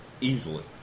easily